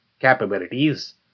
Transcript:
capabilities